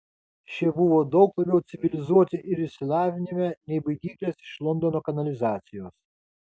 šie buvo daug labiau civilizuoti ir išsilavinę nei baidyklės iš londono kanalizacijos